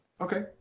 Okay